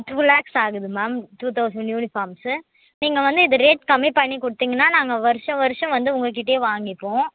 two lakhs ஆகுது ma'am two thousand uniforms நீங்கள் வந்து இது ரேட் கம்மிப்பண்ணி கொடுத்தீங்கனா நாங்கள் வருடம் வருடம் வந்து உங்கள் கிட்டயே வாங்கிப்போம்